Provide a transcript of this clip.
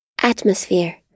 Atmosphere